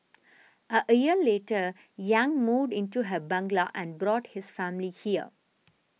a year later Yang moved into her bungalow and brought his family here